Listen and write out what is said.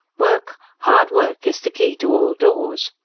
work, hard work, is the key to all doors.